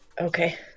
Okay